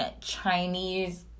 Chinese